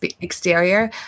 exterior